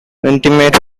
intimate